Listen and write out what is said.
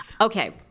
Okay